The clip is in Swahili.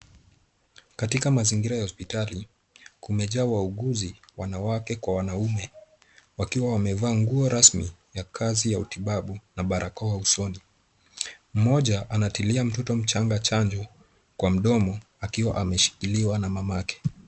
Katika mazingira ya hospitali, kumejaa wauguzi wanawake kwa wanaume, wakiwa wamevaa nguo rasmi za kazi ya utabibu na barakoa usoni. Mmoja anatilia mtoto mchanga chanjo kwa mdomo akiwa ameshikiliwa na mamake.